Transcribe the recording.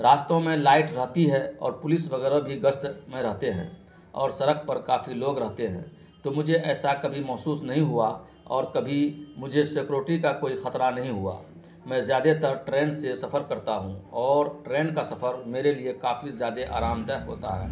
راستوں میں لائٹ رہتی ہے اور پولیس وغیرہ بھی گشت میں رہتے ہیں اور سڑک پر کافی لوگ رہتے ہیں تو مجھے ایسا کبھی محسوس نہیں ہوا اور کبھی مجھے سیکورٹی کا کوئی خطرہ نہیں ہوا میں زیادہ تر ٹرین سے سفر کرتا ہوں اور ٹرین کا سفر میرے لیے کافی زیادہ آرام دہ ہوتا ہے